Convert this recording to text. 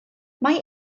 mae